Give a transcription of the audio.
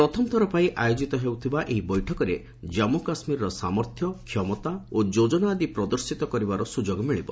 ପ୍ରଥମଥର ପାଇଁ ଆୟୋଜିତ ହେଉଥିବା ଏହି ବୈଠକରେ ଜାମ୍ମୁକାଶ୍ମୀରର ସାମର୍ଥ୍ୟ କ୍ଷମତା ଓ ଯୋଜନା ଆଦି ପ୍ରଦର୍ଶିତ କରିବାର ସୁଯୋଗ ମିଳିବ